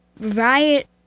riot